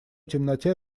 темноте